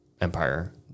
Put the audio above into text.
empire